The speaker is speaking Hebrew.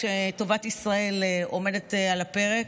כשטובת ישראל עומדת על הפרק.